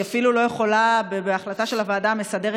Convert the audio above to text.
היא אפילו לא יכולה בהחלטה של הוועדה המסדרת